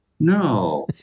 No